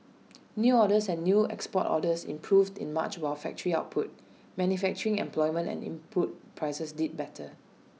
new orders and new export orders improved in March while factory output manufacturing employment and input prices did better